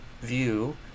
view